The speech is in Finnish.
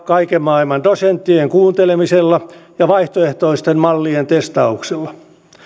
kaiken maailman dosenttien kuuntelemisella ja vaihtoehtoisten mallien testauksella